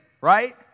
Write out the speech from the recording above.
right